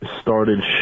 started